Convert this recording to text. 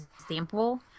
example